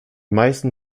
meisten